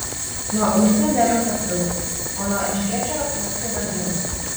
nuo usnių nerenka figų o nuo erškėčio neskina vynuogių